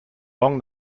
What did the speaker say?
long